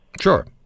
Sure